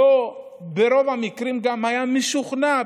ברוב המקרים הוא היה משוכנע,